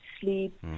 sleep